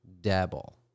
Dabble